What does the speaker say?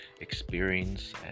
experience